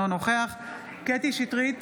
אינו נוכח קטי קטרין שטרית,